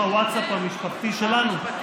חבר הכנסת גלעד קריב, תודה.